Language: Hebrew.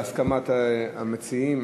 בהסכמת המציעים,